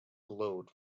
glowed